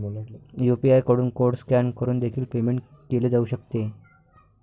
UPI कडून code scan करून देखील पेमेंट केले जाऊ शकते